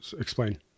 explain